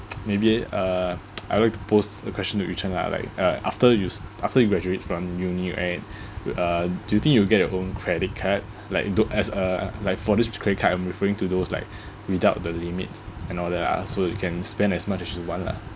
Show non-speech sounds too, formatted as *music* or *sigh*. *noise* maybe uh *noise* I would like to post a question to Yu Chen lah like uh after you s~ after you graduate from uni right *breath* uh w~ do you think you will get your own credit card like you don't as uh like for this credit card I am referring to those like *breath* without the limits and all that lah so you can spend as much as you want lah